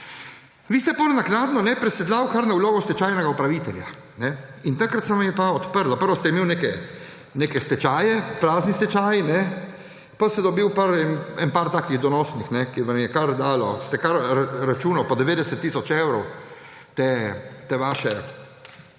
Vi ste potem naknadno presedlali kar na vlogo stečajnega upravitelja in takrat se vam je pa odprlo. Najprej ste imeli neke stečaje, prazni stečaji, potem ste dobili pa nekaj donosnih, ki so vam kar dali, ste kar računali po 90 tisoč evrov te svoje